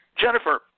Jennifer